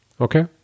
okay